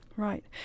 Right